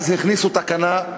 אז הכניסו תקנה.